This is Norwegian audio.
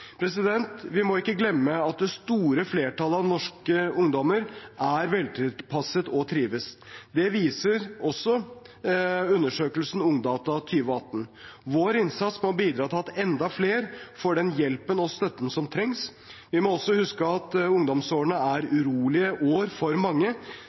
Vi må ikke glemme at det store flertallet av norske ungdommer er veltilpassede og trives – det viser også undersøkelsen Ungdata 2018. Vår innsats må bidra til at enda flere får den hjelpen og støtten som trengs. Vi må også huske at ungdomsårene er urolige år for mange.